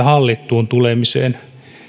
hallittuun tulemiseen